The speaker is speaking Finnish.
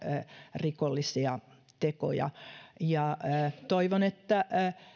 rikollisia tekoja toivon että